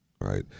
right